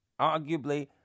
arguably